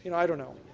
and i don't know.